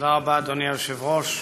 תודה רבה, אדוני היושב-ראש.